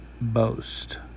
boast